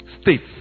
states